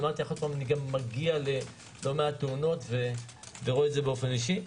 אני גם מגיע ללא מעט תאונות ורואה את זה באופן אישי.